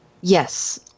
Yes